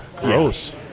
gross